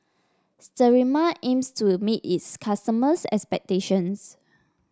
Sterimar aims to meet its customers' expectations